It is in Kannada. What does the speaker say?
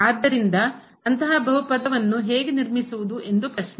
ಆದ್ದರಿಂದ ಅಂತಹ ಬಹುಪದವನ್ನು ಹೇಗೆ ನಿರ್ಮಿಸುವುದು ಎಂದು ಪ್ರಶ್ನೆ